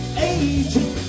agent